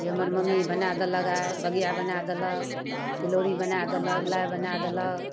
जे हमर मम्मी ई बना देलक आइ बगिआ बना देलक तिलौड़ी बना देलक लाइ बना देलक